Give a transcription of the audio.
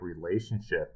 relationship